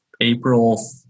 April